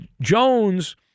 Jones